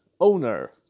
Owner